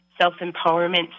self-empowerment